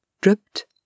dripped